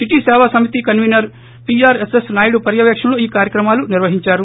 CT సేవా సమిటీ convener PR S S Naidu పర్యవేక్షణలో ఈ కార్యక్రమాలు నిర్వహించారు